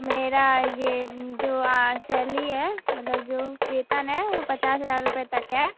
मेरा ये जो आ सैलली है मतलब जो वेतन है वो पचास हज़ार रुपये तक है